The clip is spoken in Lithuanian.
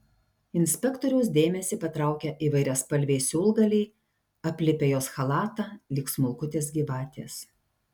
inspektoriaus dėmesį patraukia įvairiaspalviai siūlgaliai aplipę jos chalatą lyg smulkutės gyvatės